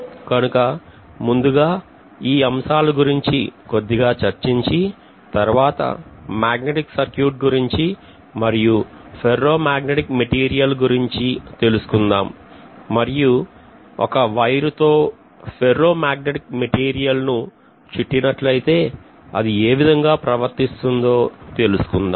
కనుక ముందుగా ఈ అంశాల గురించి కొద్దిగా చర్చించి తరువాత మాగ్నెటిక్ సర్క్యూట్ గురించి మరియు ఫెర్రో మ్యాగ్నెటిక్ మెటీరియల్ గురించి తెలుసుకుందాం మరియు ఒక వైరుతో ఫెర్రో మాగ్నెటిక్ మెటీరియల్ ను చుట్టి నట్లయితే అది ఏ విధంగా ప్రవర్తిస్తుందో తెలుసుకుందాం